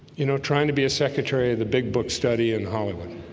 you know trying to be a secretary of the big book study in hollywood